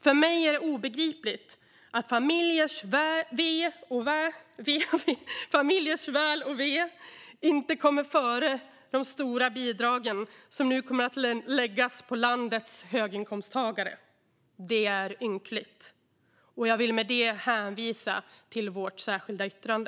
För mig är det obegripligt att familjers väl och ve inte kommer före de stora bidrag som nu kommer att läggas på landets höginkomsttagare. Det är ynkligt. Med detta hänvisar jag till vårt särskilda yttrande.